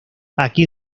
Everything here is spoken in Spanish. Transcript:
aquí